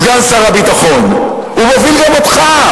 סגן שר הביטחון, הוא מוביל גם אותך.